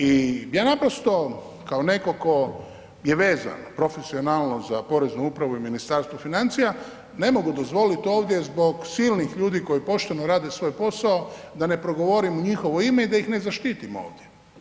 I ja naprosto, kao netko tko je vezan profesionalno za Poreznu upravu i Ministarstvo financija ne mogu dozvolit ovdje zbog silnih ljudi koji pošteno rade svoj posao da ne progovorim u njihovo ime i da ih ne zaštitim ovdje.